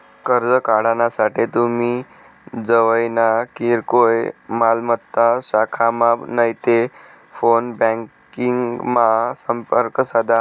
कर्ज काढानासाठे तुमी जवयना किरकोय मालमत्ता शाखामा नैते फोन ब्यांकिंगमा संपर्क साधा